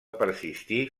persistir